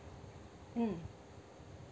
mm